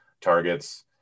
targets